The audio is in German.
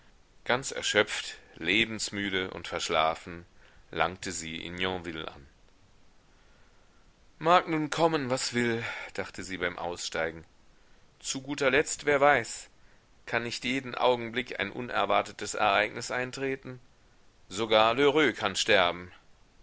ganz erschöpft lebensmüde und verschlafen langte sie in yonville an mag nun kommen was will dachte sie beim aussteigen zu guter letzt wer weiß kann nicht jeden augenblick ein unerwartetes ereignis eintreten sogar lheureux kann sterben